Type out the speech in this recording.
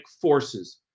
forces